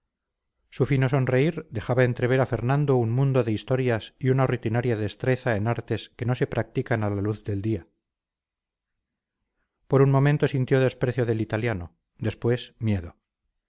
su fino sonreír dejaba entrever a fernando un mundo de historias y una rutinaria destreza en artes que no se practican a la luz del día por un momento sintió desprecio del italiano después miedo